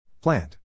Plant